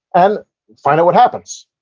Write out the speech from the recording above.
and find out what happens.